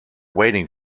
waiting